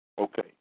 Okay